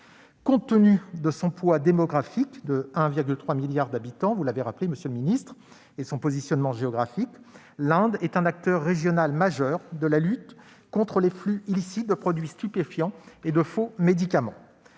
Compte tenu de son poids démographique de 1,3 milliard d'habitants et de son positionnement géographique, l'Inde est un acteur régional majeur de la lutte contre les flux illicites de produits stupéfiants et de faux médicaments.